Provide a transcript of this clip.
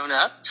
up